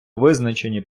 визначені